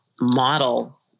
model